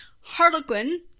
Harlequin